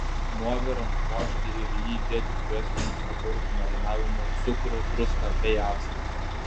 nuovirą nukošti ir į jį įdėti prieskonius agurkų marinavimui cukrų druską bei actą